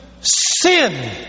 Sin